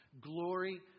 glory